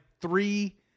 three